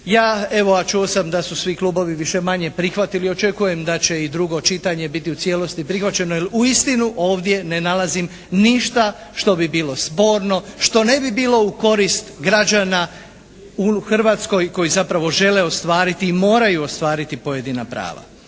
Ja evo, a čuo sam da su svi klubovi više-manje prihvatili, očekujem da će i drugo čitanje biti u cijelosti prihvaćeno, jer uistinu ovdje ne nalazim ništa što bi bilo sporno, što ne bi bilo u korist građana u Hrvatskoj koji zapravo žele ostvariti i moraju ostvariti pojedina prava.